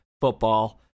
football